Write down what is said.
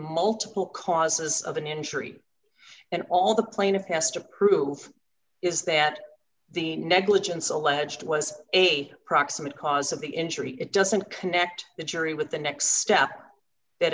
multiple causes of an injury and all the plaintiff has to prove is that the negligence alleged was a proximate cause of the injury it doesn't connect the jury with the next step that